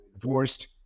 divorced